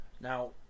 Now